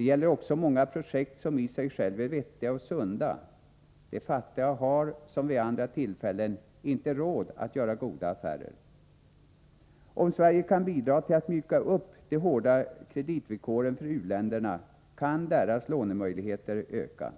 gäller också många projekt som i sig är vettiga och sunda. De fattiga har, här som vid andra tillfällen, inte råd att göra goda affärer. Om Sverige kan bidra till att mjuka upp de hårda kreditvillkoren för u-länderna skulle deras lånemöjligheter öka.